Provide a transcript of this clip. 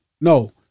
no